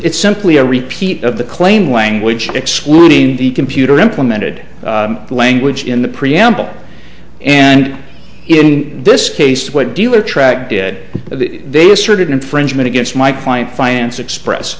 it's simply a repeat of the claim language excluding the computer implemented language in the preamble and in this case what dealer track did they asserted infringement against my client finance express